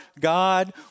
God